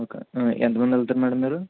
okay ఎంత మంది వెళ్తారు మేడం మీరు